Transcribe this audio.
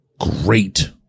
great